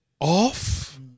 off